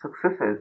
successes